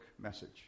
message